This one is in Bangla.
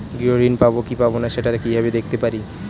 গৃহ ঋণ পাবো কি পাবো না সেটা কিভাবে দেখতে পারি?